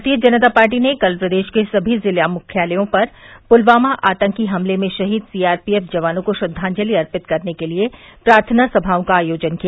भारतीय जनता पार्टी ने कल प्रदेश के सभी ज़िला मुख्यालयों पर पुलवामा आतंकी हमले में शहीद सीआरपीएफ़ जवानों को श्रद्वांजलि अर्पित करने के लिये प्रार्थना सभाओं का आयोजन किया